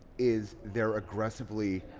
is they're aggressively